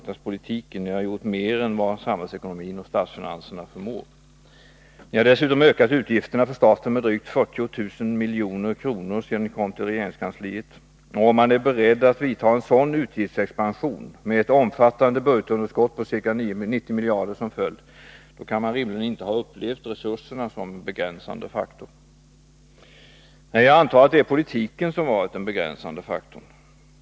Ni har gjort mer än vad samhällsekonomin och statsfinanserna förmår. Ni har dessutom ökat utgifterna för staten med drygt 40 miljarder kronor sedan ni kom till regeringskansliet. Om man är beredd att tillåta en sådan utgiftsexpansion med ett omfattande budgetunderskott på ca 90 miljarder som följd, då kan man rimligen inte ha upplevt resurserna som en begränsande faktor. Nej, jag antar att det är politiken som varit den begränsande faktorn.